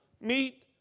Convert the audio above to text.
meet